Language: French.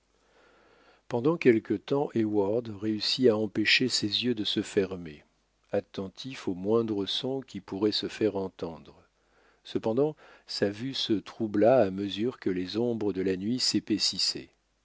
pendant quelque temps heyward réussit à empêcher ses yeux de se fermer attentif au moindre son qui pourrait se faire entendre cependant sa vue se troubla à mesure que les ombres de la nuit s'épaississaient